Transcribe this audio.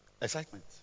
Excitement